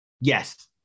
Yes